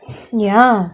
ya